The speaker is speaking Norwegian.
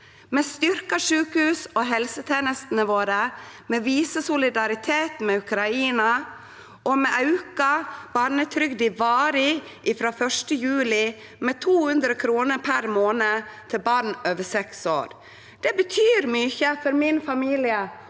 Vi styrkjer sjukehusa og helsetenestene våre. Vi viser solidaritet med Ukraina, og vi aukar barnetrygda varig frå 1. juli, med 200 kr per månad til barn over seks år. Det betyr mykje for min familie